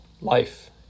life